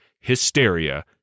hysteria